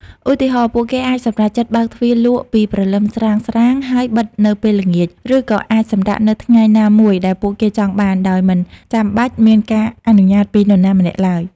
ឧទាហរណ៍ ពួកគេអាចសម្រេចចិត្តបើកទ្វារលក់ពីព្រលឹមស្រាងៗ ហើយបិទនៅពេលល្ងាច ឬក៏អាចសម្រាកនៅថ្ងៃណាមួយដែលពួកគេចង់បាន ដោយមិនចាំបាច់មានការអនុញ្ញាតពីនរណាម្នាក់ឡើយ។